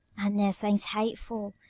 and near things hateful,